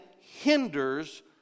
hinders